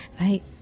right